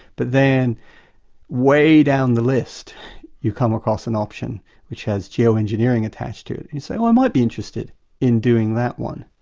but then way down the list you come across an option which has geoengineering attached to it and you say i might be interested in doing that one.